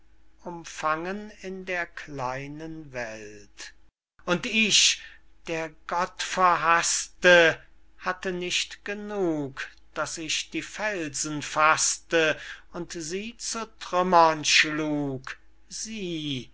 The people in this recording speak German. umfangen in der kleinen welt und ich der gottverhaßte hatte nicht genug daß ich die felsen faßte und sie zu trümmern schlug sie